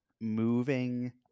moving